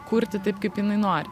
kurti taip kaip jinai nori